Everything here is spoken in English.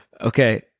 okay